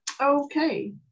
Okay